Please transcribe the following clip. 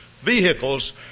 vehicles